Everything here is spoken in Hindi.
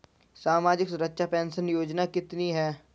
सामाजिक सुरक्षा पेंशन योजना कितनी हैं?